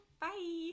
bye